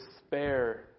despair